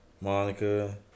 Monica